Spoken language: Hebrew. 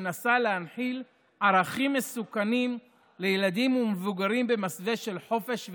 שמנסה להנחיל ערכים מסוכנים לילדים ומבוגרים במסווה של חופש וקדמה?